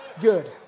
Good